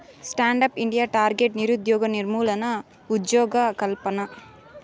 stand up India target నిరుద్యోగ నిర్మూలన, ఉజ్జోగకల్పన